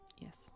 Yes